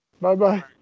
Bye-bye